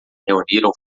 reuniram